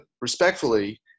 respectfully